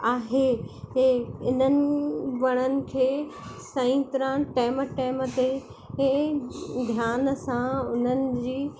आहे हे इन्हनि वणनि खे सही तरह टेम टेम ते ए ध्यान सां उन्हनि जी